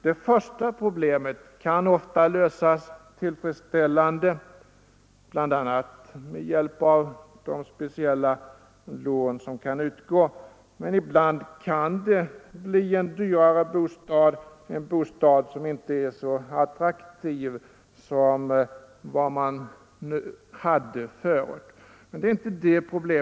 Det första problemet kan ofta lösas tillfredsställande, bl.a. med hjälp av de speciella lån som kan utgå, men ibland kan det bli en dyrare bostad, en bostad som inte är så attraktiv som den man hade förut.